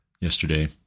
yesterday